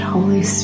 Holy